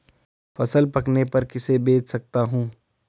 फसल पकने पर किसे बेच सकता हूँ?